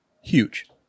Huge